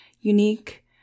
unique